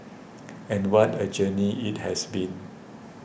and what a journey it has been